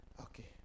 Okay